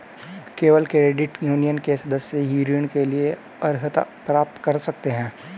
केवल credit union के सदस्य ही ऋण के लिए अर्हता प्राप्त कर सकते हैं